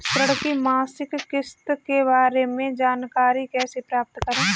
ऋण की मासिक किस्त के बारे में जानकारी कैसे प्राप्त करें?